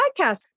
podcast